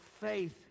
faith